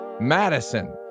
Madison